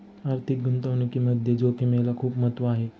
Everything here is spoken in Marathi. आर्थिक गुंतवणुकीमध्ये जोखिमेला खूप महत्त्व आहे